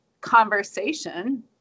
conversation